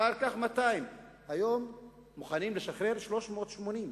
אחר כך 200. היום מוכנים לשחרר 380 אסירים,